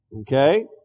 Okay